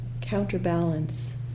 counterbalance